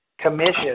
commissions